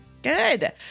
Good